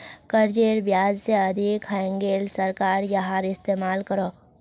कर्जेर ब्याज से अधिक हैन्गेले सरकार याहार इस्तेमाल करोह